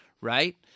right